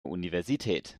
universität